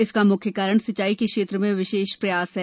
इसका मुख्य कारण सिंचाई के क्षेत्र में विशेष प्रयास हैं